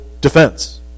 defense